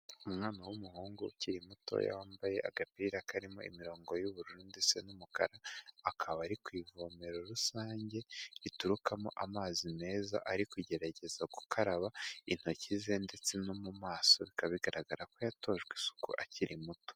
Umwana w'umuhungu ukiri muto wambaye agapira karimo imirongo y'ubururu ndetse n'umukara, akaba ari ku ivomero rusange riturukamo amazi meza ari kugerageza gukaraba intoki ze ndetse no mu maso. Bikaba bigaragara ko yatojwe isuku akiri muto.